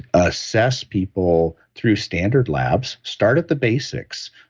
assess people through standard labs, start at the basics,